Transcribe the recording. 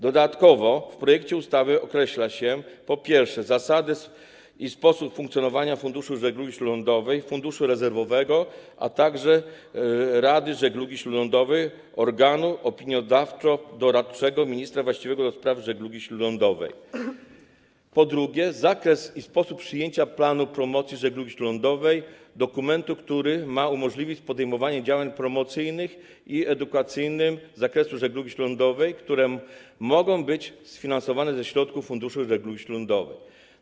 Dodatkowo w projekcie ustawy określa się: po pierwsze, zasady i sposób funkcjonowania Funduszu Żeglugi Śródlądowej, Funduszu Rezerwowego, a także Rady Żeglugi Śródlądowej - organu opiniodawczo-doradczego ministra właściwego do spraw żeglugi śródlądowej; po drugie, zakres i sposób przyjęcia planu promocji żeglugi śródlądowej - dokumentu, który ma umożliwić podejmowanie działań promocyjnych i edukacyjnych z zakresu żeglugi śródlądowej, które mogą być sfinansowane ze środków Funduszu Żeglugi Śródlądowej.